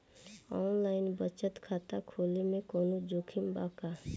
Online बचत खाता खोले में कवनो जोखिम बा का?